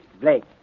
Blake